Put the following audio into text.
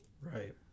Right